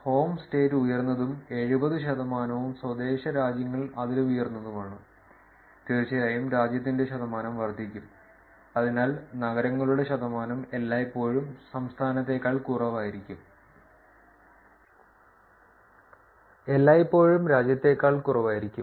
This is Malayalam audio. ഹോം സ്റ്റേറ്റ് ഉയർന്നതും എഴുപത് ശതമാനവും സ്വദേശ രാജ്യങ്ങൾ അതിലും ഉയർന്നതുമാണ് തീർച്ചയായും രാജ്യത്തിന്റെ ശതമാനം വർദ്ധിക്കും അതിനാൽ നഗരങ്ങളുടെ ശതമാനം എല്ലായ്പ്പോഴും സംസ്ഥാനത്തേക്കാൾ കുറവായിരിക്കും എല്ലായ്പ്പോഴും രാജ്യത്തേക്കാൾ കുറവായിരിക്കും